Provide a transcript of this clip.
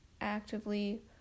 actively